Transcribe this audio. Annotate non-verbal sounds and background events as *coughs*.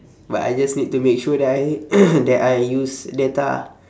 but I just need to make sure that I *coughs* that I use data ah